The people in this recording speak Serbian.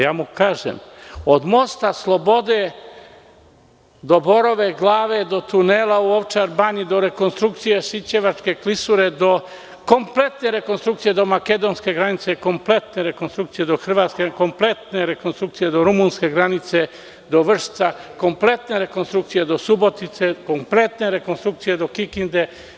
Ja mu kažem – od mosta Slobode, do Borove Glave, do tunela u Ovčar banji, do rekonstrukcije Sićevačke klisure, do kompletne rekonstrukcije, do makedonske granice, kompletne rekonstrukcije do hrvatske granice, kompletne rekonstrukcije do rumunske granice, do Vršca, kompletne rekonstrukcije do Subotice, kompletne rekonstrukcije do Kikinde.